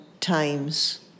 times